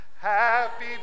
Happy